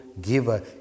giver